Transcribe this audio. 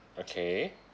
okay